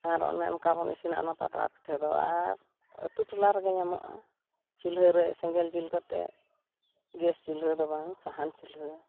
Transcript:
ᱟᱨ ᱚᱱᱮ ᱚᱱᱠᱟ ᱵᱚᱱ ᱤᱥᱤᱱᱟ ᱚᱱᱟ ᱯᱟᱛᱲᱟ ᱯᱤᱴᱷᱟᱹ ᱫᱚ ᱟᱨ ᱟᱛᱩ ᱴᱚᱞᱟ ᱨᱮᱜᱮ ᱧᱟᱢᱚᱜᱼᱟ ᱪᱩᱞᱦᱟᱹ ᱨᱮ ᱥᱮᱸᱜᱮᱞ ᱡᱩᱞ ᱠᱟᱛᱮᱜ ᱜᱮᱥ ᱪᱩᱞᱦᱟᱹ ᱫᱚ ᱵᱟᱝ ᱥᱟᱦᱟᱱ ᱪᱩᱞᱦᱟᱹ